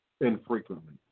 infrequently